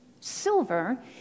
silver